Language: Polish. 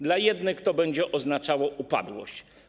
Dla jednych to będzie oznaczało upadłość.